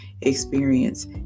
experience